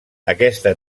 aquesta